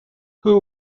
who